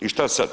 I što sad?